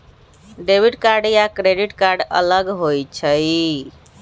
Debit card या credit card अलग होईछ ई?